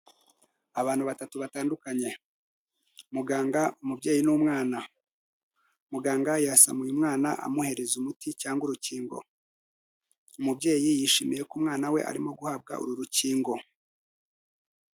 Abantu batatu batandukanye, muganga, umubyeyi n'umwana, muganga yasamuye umwana amuhereza umuti cyangwa urukingo, umubyeyi yishimiye ko umwana we arimo guhabwa uru rukingo.